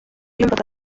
yumvaga